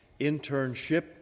internship